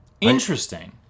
Interesting